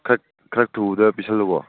ꯈꯔ ꯊꯨꯕꯗ ꯄꯤꯁꯤꯜꯂꯨꯀꯣ